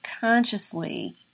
consciously